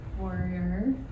warrior